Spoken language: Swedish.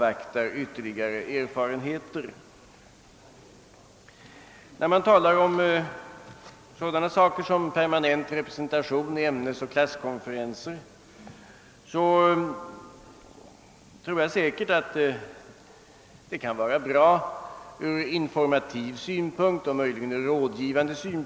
Det talas i motionen exempelvis om permanent representation i ämnesoch klasskonferenser, och jag tror säkert att en sådan kan vara bra ur informativ synpunkt och möjligen även ur rådgivande.